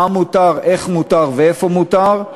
מה מותר, איך מותר ואיפה מותר.